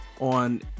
on